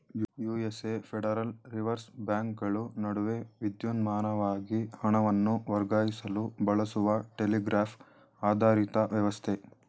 USA federal reserve ಬ್ಯಾಂಕ್ಗಳು ನಡುವೆ ವಿದ್ಯುನ್ಮಾನವಾಗಿ ಹಣವನ್ನು ವರ್ಗಾಯಿಸಲು ಬಳಸುವ ಟೆಲಿಗ್ರಾಫ್ ಆಧಾರಿತ ವ್ಯವಸ್ಥೆ